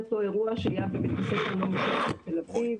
אותו אירוע שהיה בבית ספר נעמי שמר לפני כשנתיים וחצי,